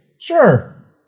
Sure